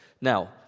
Now